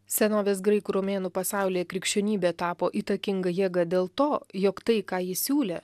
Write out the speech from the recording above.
senovės graikų romėnų pasaulyje krikščionybė tapo įtakinga jėga dėl to jog tai ką ji siūlė